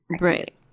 Right